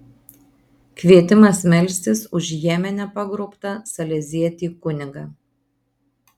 kvietimas melstis už jemene pagrobtą salezietį kunigą